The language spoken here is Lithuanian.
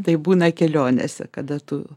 taip būna kelionėse kada tu